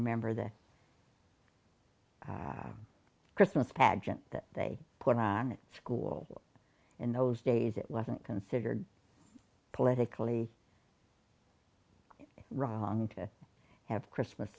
remember the christmas pageant that they put on school in those days it wasn't considered politically wrong to have christmas